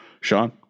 sean